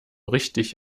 richtig